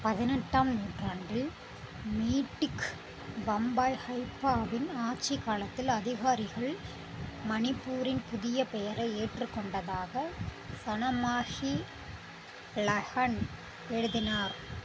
பதினெட்டாம் நூற்றாண்டில் மெய்ட்டிக் பம்பாய்ஹெய்பாவின் ஆட்சிக் காலத்தில் அதிகாரிகள் மணிப்பூரின் புதிய பெயரை ஏற்றுக்கொண்டதாக சனமாஹி லெகன் எழுதினார்